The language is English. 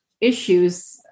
issues